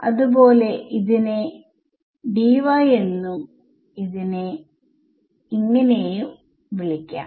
അത് പോലെ ഇതിനെ എന്നും ഇതിനെ എന്നും വിളിക്കാം